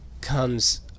comes